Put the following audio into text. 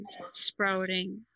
sprouting